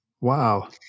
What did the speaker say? Wow